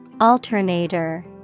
Alternator